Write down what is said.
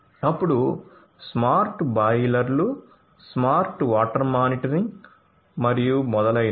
అప్పుడు స్మార్ట్ బాయిలర్లు smart water monitoring మరియు మొదలైనవి